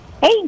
Hey